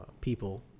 people